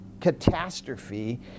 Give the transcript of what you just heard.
catastrophe